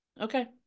okay